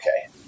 okay